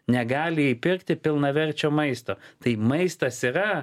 negali įpirkti pilnaverčio maisto tai maistas yra